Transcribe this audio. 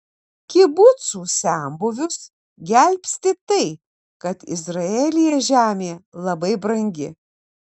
kibucų senbuvius gelbsti tai kad izraelyje žemė labai brangi